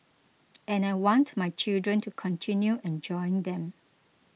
and I want my children to continue enjoying them